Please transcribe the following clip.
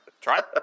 Try